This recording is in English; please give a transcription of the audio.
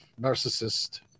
narcissist